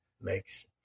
makes